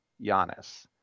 Giannis